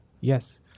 Yes